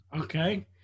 Okay